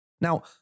Now